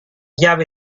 chiave